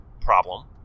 problem